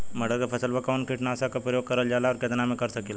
मटर के फसल पर कवन कीटनाशक क प्रयोग करल जाला और कितना में कर सकीला?